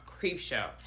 Creepshow